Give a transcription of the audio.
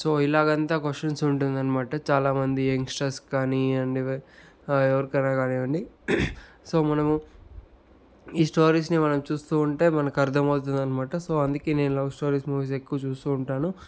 so ఇలాగ అంతా questions ఉంటుందనమాట చాలామంది యంగ్స్టర్స్ కానివ్వండి ఎవరికైనా కానివ్వండి సో మనము ఈ స్టోరీస్ని మనం చూస్తూ ఉంటే మనకు అర్థమవుతుంది అనమాట సో అందుకే నేను లవ్ స్టోరీస్ మూవీస్ ఎక్కువ చూస్తూ ఉంటాను